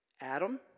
Adam